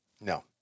no